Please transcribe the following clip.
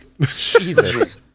Jesus